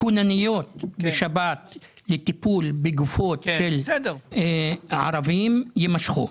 הכוננויות בשבת לטיפול בגופות של ערבים ימשכו.